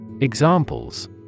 Examples